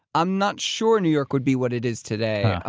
i'm not sure new york would be what it is today.